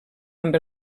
amb